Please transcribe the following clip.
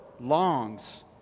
longs